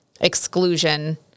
exclusion